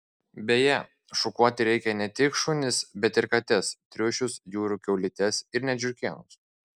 beje šukuoti reikia ne tik šunis bet ir kates triušius jūrų kiaulytes ir net žiurkėnus